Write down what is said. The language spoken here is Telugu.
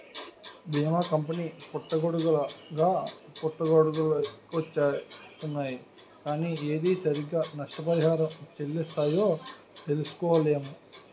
బీమా కంపెనీ పుట్టగొడుగుల్లాగా పుట్టుకొచ్చేస్తున్నాయ్ కానీ ఏది సరిగ్గా నష్టపరిహారం చెల్లిస్తాయో తెలుసుకోలేము